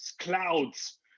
clouds